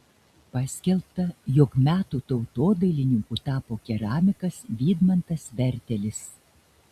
paskelbta jog metų tautodailininku tapo keramikas vydmantas vertelis